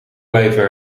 blijven